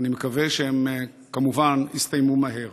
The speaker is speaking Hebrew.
ואני מקווה שהם כמובן יסתיימו מהר.